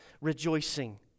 rejoicing